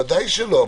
ודאי שלא.